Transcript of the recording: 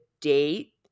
date